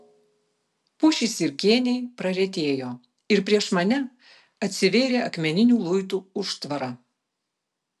pušys ir kėniai praretėjo ir prieš mane atsivėrė akmeninių luitų užvarta